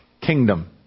kingdom